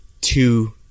two